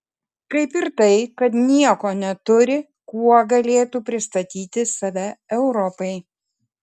kaip ir tai kad nieko neturi kuo galėtų pristatyti save europai